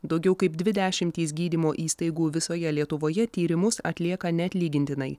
daugiau kaip dvi dešimtys gydymo įstaigų visoje lietuvoje tyrimus atlieka neatlygintinai